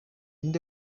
nde